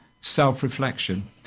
self-reflection